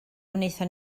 wnaethon